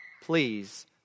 please